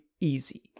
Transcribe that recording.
easy